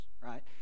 right